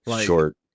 short